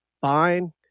fine